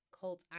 called